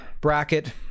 bracket